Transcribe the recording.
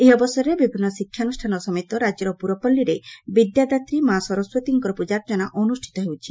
ଏହି ଅବସରରେ ବିଭିନ୍ନ ଶିକ୍ଷାନୁଷ୍ଷାନ ସମେତ ରାଜ୍ୟର ପୁରପଲ୍ଲୀରେ ବିଦ୍ୟାଦାତ୍ରୀ ମା ସରସ୍ୱତୀଙ୍କର ପୂଜାର୍ଚ୍ଚନା ଅନୁଷିତ ହେଉଛି